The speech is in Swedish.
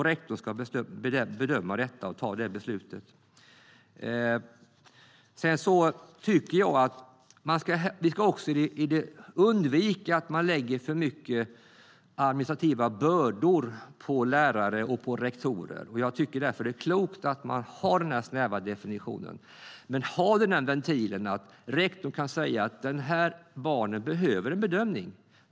Rektorn ska bedöma detta och ta det beslutet. Vi ska också undvika att lägga för stora administrativa bördor på lärare och rektorer. Jag tycker därför att det är klokt att man har den här snäva definitionen men också ventilen att rektorn kan säga att ett barn behöver en bedömning.